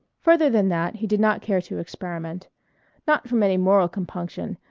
further than that he did not care to experiment not from any moral compunction,